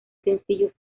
sencillos